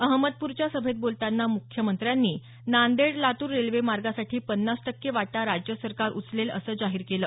अहमदपूरच्या सभेत बोलताना मुख्यमंत्र्यांनी नांदेड लातूर रेल्वे मार्गासाठी पन्नास टक्के वाटा राज्य सरकार उचलेल असं जाहीर केलं